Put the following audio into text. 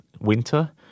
winter